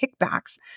kickbacks